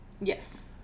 Yes